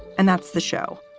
and that's the show.